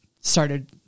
started